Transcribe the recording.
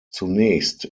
zunächst